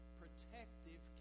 protective